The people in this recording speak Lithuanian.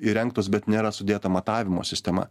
įrengtos bet nėra sudėta matavimo sistema